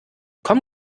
komm